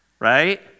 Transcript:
Right